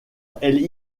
elle